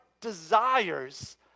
desires